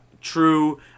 True